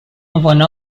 one